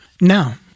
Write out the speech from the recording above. Now